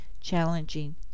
challenging